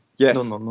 Yes